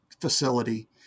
facility